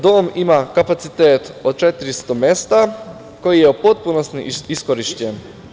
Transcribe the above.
Dom ima kapacitet od 400 mesta koji je u potpunosti iskorišćen.